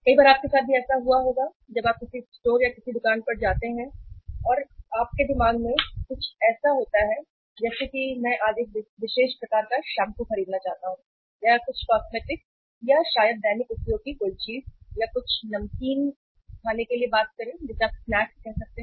कई बार आपके साथ भी ऐसा हुआ है जब आप किसी स्टोर या किसी दुकान पर जाते हैं और आपके दिमाग में कुछ ऐसा होता है जैसे मैं आज एक विशेष प्रकार का शैम्पू खरीदना चाहता हूँ या शायद कुछ कॉस्मेटिक या शायद दैनिक उपयोग की कोई चीज़ या कुछ नमकीन खाने के लिए बात करें आप इसे स्नैक्स कह सकते हैं